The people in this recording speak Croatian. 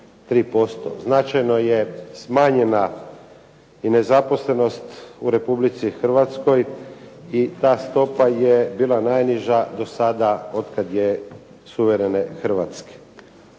Značajno je smanjena i nezaposlenost u Republici Hrvatskoj i ta stopa je bila najniža do sada otkad je suverene Hrvatske.